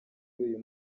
uyu